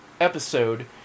episode